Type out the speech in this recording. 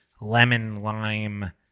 lemon-lime